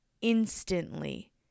instantly